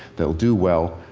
they'll do well.